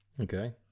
Okay